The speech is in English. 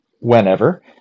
whenever